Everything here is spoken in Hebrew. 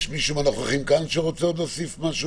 יש עוד מישהו מהנוכחים כאן שרוצה עוד להוסיף משהו ממשרדי הממשלה?